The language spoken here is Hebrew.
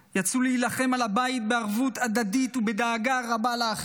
יצאו להילחם על הבית בערבות הדדית ובדאגה רבה לאחר.